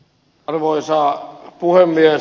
arvoisa puhemies